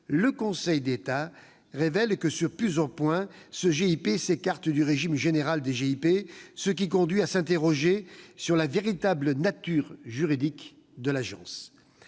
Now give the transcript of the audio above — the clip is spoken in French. le Conseil d'État relève que, sur plusieurs points, ce GIP s'écarte du régime général de ces groupements, ce qui conduit à s'interroger sur la véritable nature juridique de l'Agence.